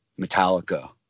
Metallica